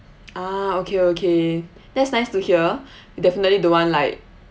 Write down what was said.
ah okay okay that's nice to hear definitely don't want like